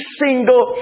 single